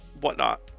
whatnot